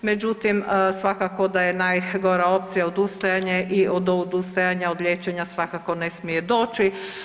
Međutim, svakako da je najgora opcija odustajanje i odustajanja od liječenja svakako ne smije doći.